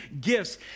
gifts